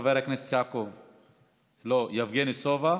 חבר הכנסת יבגני סובה,